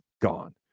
gone